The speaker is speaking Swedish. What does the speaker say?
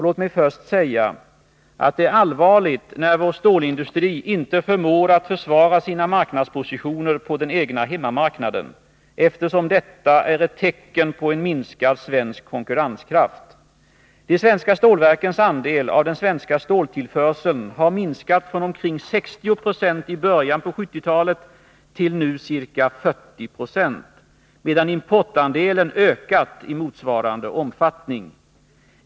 Låt mig först säga att det är allvarligt när vår stålindustri inte förmår att försvara sina marknadspositioner på den egna hemmamarknaden, eftersom detta är ett tecken på en minskad svensk konkurrenskraft. De svenska stålverkens andel av den svenska ståltillförseln har minskat från omkring 60 96 i början på 1970-talet till ca 40 26 i dag, medan importandelen ökat i motsvarande omfattning.